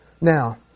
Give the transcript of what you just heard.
now